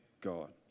God